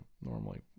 normally